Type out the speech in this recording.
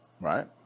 Right